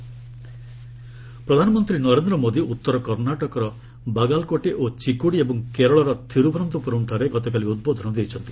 campaigning ପ୍ରଧାନମନ୍ତ୍ରୀ ନରେନ୍ଦ୍ର ମୋଦି ଉତ୍ତର କର୍ଷ୍ଣାଟକର ବାଗାଲକୋଟେ ଓ ଚିକୋଡ଼ି ଏବଂ କେରଳର ଥିରୁବନନ୍ତପୁରମଠାରେ ଗତକାଲି ଉଦ୍ବୋଧନ ଦେଇଛନ୍ତି